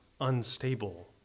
unstable